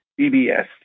BBS